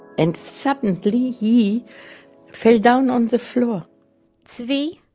and suddenly he fell down on the floor zvi,